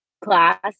class